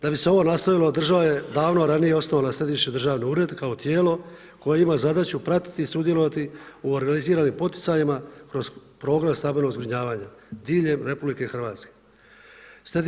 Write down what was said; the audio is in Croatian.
Da bi se ovo nastavilo država je davno ranije osnovala Središnji državni ured kao tijelo koje ima zadaću pratiti i sudjelovati u organiziranim poticajima kroz program stambenog zbrinjavanja diljem Republike Hrvatske.